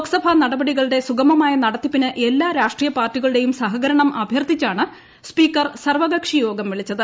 ലോക്സഭ നടപടികളൂട്ട്ട് സ്തുഗമമായ നടത്തിപ്പിന് എല്ലാ രാഷ്ട്രീയ പാർട്ടികളുടെയും സ്ഹ്റക്രണം അഭ്യർത്ഥിച്ചാണ് സ്പീക്കർ സർവ്വകക്ഷിയോഗം വിളിച്ചുത്